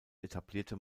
etablierte